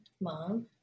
Mom